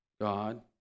God